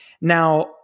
Now